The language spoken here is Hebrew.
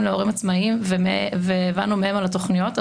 להורים עצמאים והבנו מהם על התכניות.